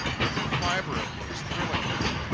every fibre of me is thrilling with it.